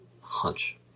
hunch